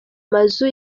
mazu